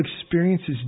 experiences